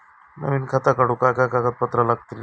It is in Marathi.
नवीन खाता काढूक काय काय कागदपत्रा लागतली?